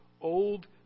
old